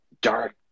dark